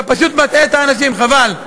אתה פשוט מטעה את האנשים, חבל.